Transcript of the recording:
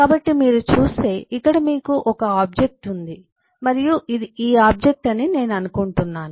కాబట్టి మీరు చూస్తే మీకు ఇక్కడ ఒక ఆబ్జెక్ట్ ఉంది మరియు ఇది ఈ ఆబ్జెక్ట్ అని నేను అనుకుంటున్నాను